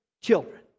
children